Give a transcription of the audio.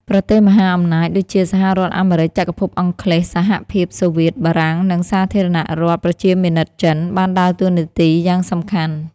ប្រទេសមហាអំណាចដូចជា សហរដ្ឋអាមេរិក ចក្រភពអង់គ្លេស សហភាពសូវៀត បារាំង និង សាធារណរដ្ឋប្រជាមានិតចិន បានដើរតួនាទីយ៉ាងសំខាន់។